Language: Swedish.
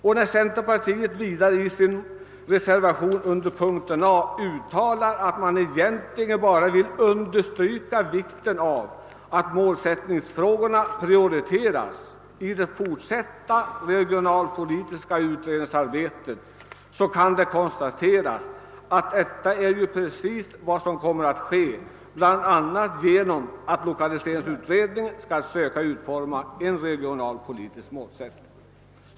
Och när centerpartiet vidare i sin reservation under punkten A uttalar att man egentligen bara vill understryka vikten av att målsättningsfrågorna prioriteras i det fortsatta regionalpolitiska utredningsarbetet, så kan konstateras att detta är ju precis vad som kommer att ske bl.a. genom <:att = lokaliseringsutredningen skall söka utforma en regionalpolitisk målsättning.